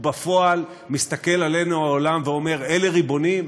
ובפועל מסתכל עלינו העולם ואומר: אלה ריבונים?